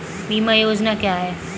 बीमा योजना क्या है?